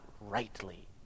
rightly